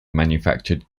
manufactured